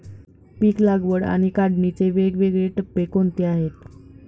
पीक लागवड आणि काढणीचे वेगवेगळे टप्पे कोणते आहेत?